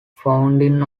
founding